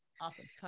Awesome